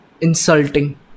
insulting